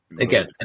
again